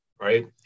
right